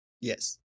Yes